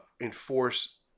enforce